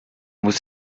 muss